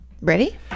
Ready